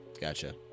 Gotcha